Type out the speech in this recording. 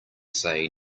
say